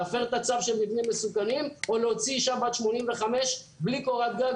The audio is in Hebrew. להפר את הצו של מבנים מסוכנים או להוציא אישה בת 85 בלי קורת גג,